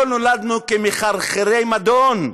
לא נולדנו מחרחרי מדון,